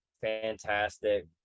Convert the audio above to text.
Fantastic